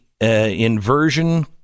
inversion